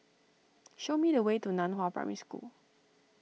show me the way to Nan Hua Primary School